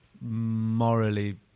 morally